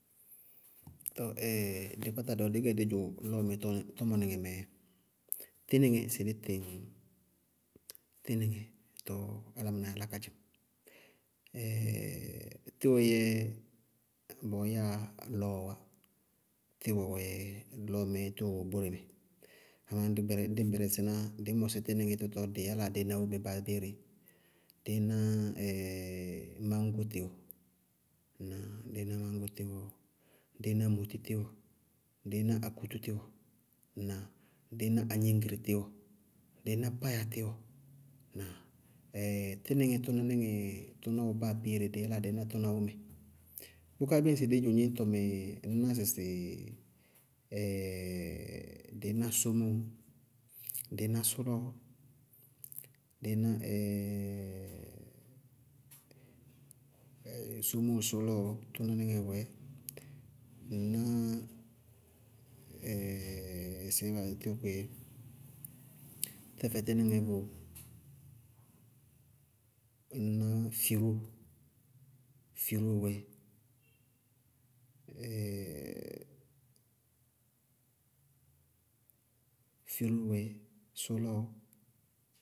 Tɔɔ dɩ kpáta dɩí lí gɛ dzʋ nɔɔmɛ tɔmɔ- tɔmɔníŋɛ mɛɛ dzɛ, tínɩŋɛ, sɩ dí tɩŋ tínɩŋɛ tɔɔ álámɩnáá yáláa ka dzɩŋ, tíwɔ yɛ bɔɔ yɛyá lɔɔɔ wá, tíwɔ yɛ lɔɔ mɛɛ tíwɔ wɛ bóre mɛ, amá ñŋ dí bɛrɛ- dí bɛrɛsɩná, dɩí mɔsí tínɩŋɛ tɔtɔ dɩɩ yálaa dɩí ná wómɛ báa abéeré. Dɩí ná máñgo tíwɔ, dɩí ná moti tíwɔ, dɩí ná akutú tíwɔ, dɩí ná agníŋgiri tíwɔ, dɩí ná páya tíwɔ, tínɩŋɛ tʋnáníŋɛ tʋná wɛ báa abéeré díí lá díí ná tʋná wómɛ. Bʋká bíɩ ŋsɩ dí dzʋ gníñtɔ mɛ, ŋñná sɩsɩ dɩí ná sómóo, dɩí ná sʋlɔɔ, sómóo, sʋlɔɔ tʋnáníŋɛ wɛɛɛ, ŋná sɩbééé baá yá tíwɔ kʋ yéé? Tɛfɛ tínɩŋɛ vʋʋ, ŋñná firóo, firóo wɛ, firóo wɛ sɔlɔɔ.